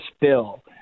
bill